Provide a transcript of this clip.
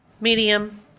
medium